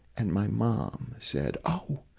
and my mom said, oh.